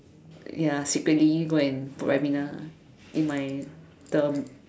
ya secretly go and put Ribena in my bottle